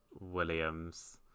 williams